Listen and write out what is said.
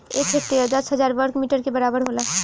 एक हेक्टेयर दस हजार वर्ग मीटर के बराबर होला